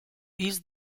ease